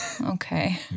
okay